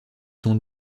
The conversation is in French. ton